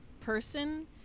person